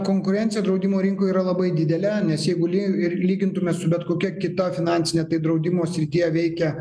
konkurencija draudimo rinkoj yra labai didelė nes jei ir lygintume su bet kokia kita finansine tai draudimo srityje veikia